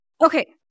Okay